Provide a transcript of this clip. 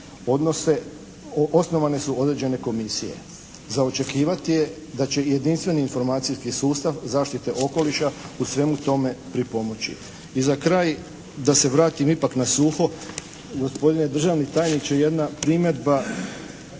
osnovane su određene komisije. Za očekivati je da će jedinstveni informacijskih sustav zaštite okoliša u svemu tome pripomoći. I za kraj, da se vratim ipak na suho, gospodine državni tajniče jedna primjedba